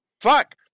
Fuck